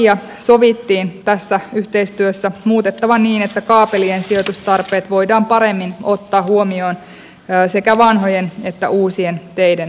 maantielakia sovittiin tässä yhteistyössä muutettavan niin että kaapelien sijoitustarpeet voidaan paremmin ottaa huomioon sekä vanhojen että uusien teiden osalta